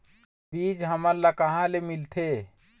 बीज हमन ला कहां ले मिलथे?